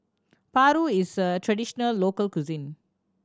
paru is a traditional local cuisine